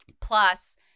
Plus